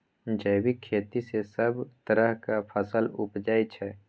जैबिक खेती सँ सब तरहक फसल उपजै छै